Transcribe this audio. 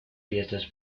fiestas